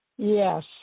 Yes